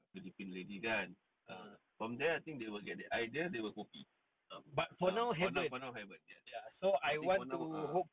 philippine lady kan from there I think they will get the idea they will copy uh for now for now haven't I think for now ah